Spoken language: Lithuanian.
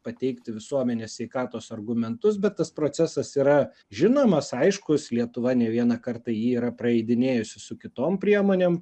pateikti visuomenės sveikatos argumentus bet tas procesas yra žinomas aiškus lietuva ne vieną kartą jį yra praeidinėjusi su kitom priemonėm